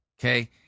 Okay